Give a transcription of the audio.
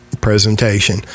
presentation